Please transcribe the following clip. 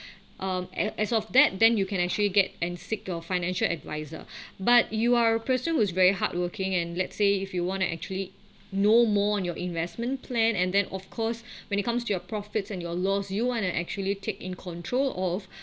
um as of that then you can actually get and seek your financial adviser but you are a person who is very hardworking and let's say if you want to actually know more on your investment plan and then of course when it comes to your profits and your loss you want to actually take in control of